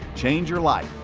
change your life.